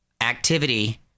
activity